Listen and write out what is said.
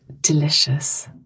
delicious